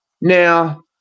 now